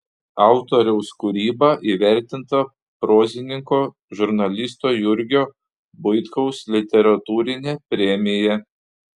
autoriaus kūryba įvertinta prozininko žurnalisto jurgio buitkaus literatūrine premija